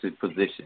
position